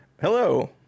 Hello